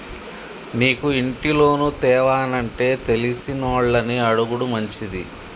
నీకు ఇంటి లోను తేవానంటే తెలిసినోళ్లని అడుగుడు మంచిది